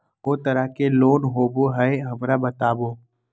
को तरह के लोन होवे हय, हमरा बताबो?